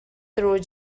through